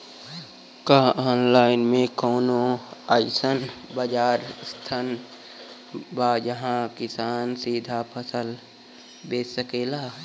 का आनलाइन मे कौनो अइसन बाजार स्थान बा जहाँ किसान सीधा फसल बेच सकेलन?